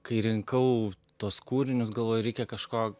kai rinkau tuos kūrinius galvoju reikia kažko